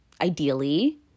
ideally